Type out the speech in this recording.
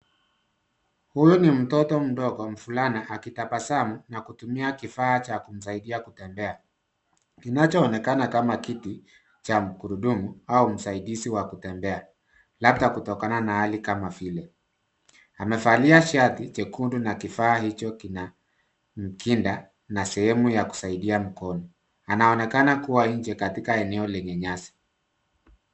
Huyu ni mtoto mdogo mvulana akitabasamu na kutumia kifaa cha kumsaidia kutembea, kinachoonekana kama kiti cha magurudumu au msaidizi wa kutembea, labda kutokana na hali kama vile. Amevalia shati jekundu na kifaa hicho kinamkinda na sehemu ya kusaidia mkono. Anaonekana kuwa nje katika eneo lenye nyasi.